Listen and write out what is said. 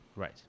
Right